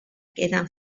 queden